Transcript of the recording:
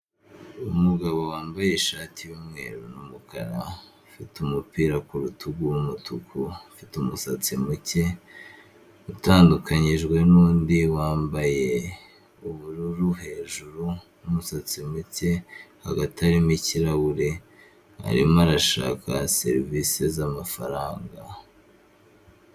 Umugabo wambaye ishati y'umweru n'umukara, ufite umupira ku rutugu w'umutuku, ufite umusatsi muke, utandukanyijwe n'undi wambaye ubururu hejuru, umusatsi muke hagati harimo ikirahure arimo arashaka serivisi z'amafaranga.